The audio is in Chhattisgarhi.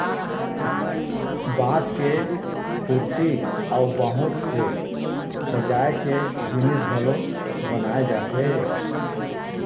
बांस के कुरसी अउ बहुत से सजाए के जिनिस घलोक बनाए जाथे